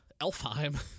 Elfheim